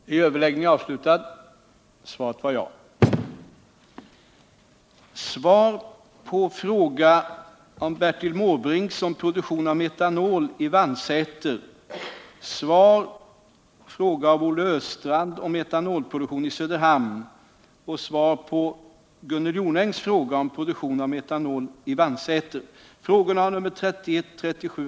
Alla förutsättningar föreligger när det gäller att starta en försöksverksamhet för produktion av metanol i de tomma fabrikslokalerna i Vannsäter. Enligt uppgifter hänger nu hela denna fråga på regeringen och på hur snabbt besked kan lämnas. Det är viktigt att snarast få i gång denna verksamhet med tanke på att många av de arbetare som berövades jobbet när massaproduktionen lades ned vid nämnda fabrik ännu inte fått ersättningsjobb.